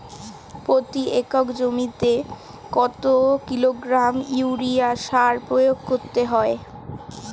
প্রতি একর জমিতে গমের জন্য কত কিলোগ্রাম ইউরিয়া সার প্রয়োগ করতে হয়?